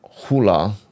Hula